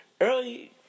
Early